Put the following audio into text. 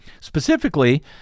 specifically